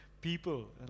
people